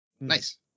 Nice